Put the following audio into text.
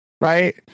right